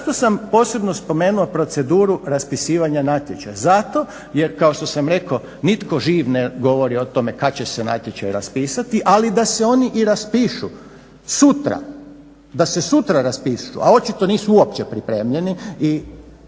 Zašto sam posebno spomenuo proceduru raspisivanja natječaja? Zato jer, kao što sam rekao, nitko živ ne govori o tome kad će se natječaj raspisati, ali da se oni i raspišu sutra, da se sutra raspišu, a očito nisu uopće pripremljeni i